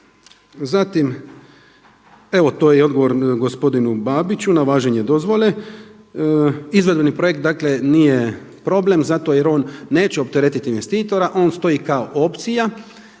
Zatim, evo je i odgovor gospodinu Babiću na važenje dozvole. Izvedbeni projekt dakle nije problem zato jer on neće opteretiti investitora, on stoji kao opcija,